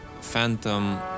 Phantom